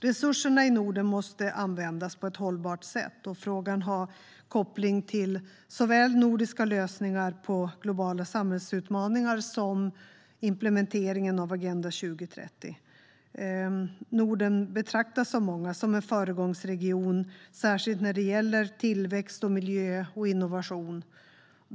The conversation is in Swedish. Resurserna i Norden måste användas på ett hållbart sätt, och frågan har koppling till såväl nordiska lösningar på globala samhällsutmaningar som implementeringen av Agenda 2030. Norden betraktas av många som en föregångsregion, särskilt när det gäller tillväxt, miljö och innovation.